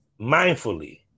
Mindfully